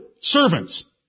Servants